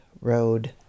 road